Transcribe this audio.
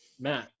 Matt